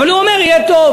גם הוא יודע שלא.